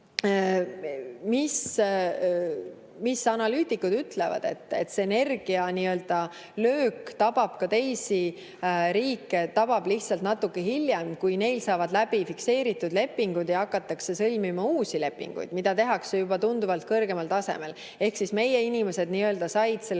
Mis analüütikud ütlevad? See energialöök tabab ka teisi riike, see tabab neid lihtsalt natuke hiljem, kui neil saavad läbi fikseeritud lepingud ja hakatakse sõlmima uusi lepinguid, mida tehakse juba tunduvalt kõrgemal tasemel. Ehk meie inimesed said nii-öelda selle